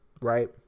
Right